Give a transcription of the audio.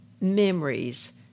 memories